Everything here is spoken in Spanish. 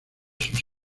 sus